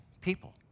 people